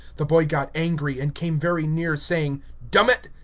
the boy got angry, and came very near saying dum it,